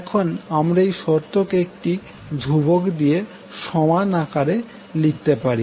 এখন আমরা এই শর্ত কে একটি ধ্রুবক দিয়ে সমান আকারের লিখতে পারি